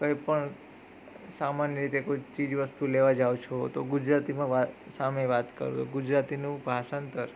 કંઈ પણ સામાન્ય રીતે કોઈક ચીજ વસ્તુ લેવા જાવ છો તો ગુજરાતીમાં વાત સામે વાત કરો ગુજરાતીનું ભાષાંતર